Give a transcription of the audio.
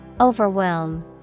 Overwhelm